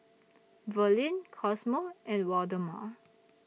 Verlyn Cosmo and Waldemar